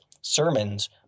sermons